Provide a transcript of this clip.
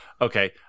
Okay